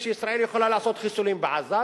היא שישראל יכולה לעשות חיסולים בעזה,